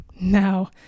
Now